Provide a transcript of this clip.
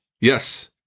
yes